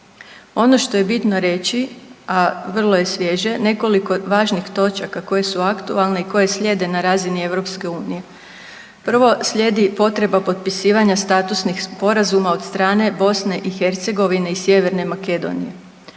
koje su aktualne i koje slijede na razini EU. točaka koje su aktualne i koje slijede na razini EU. Prvo slijedi potreba potpisivanja statusnih sporazuma od strane Bosne i Hercegovine i Sjeverne Makedonije.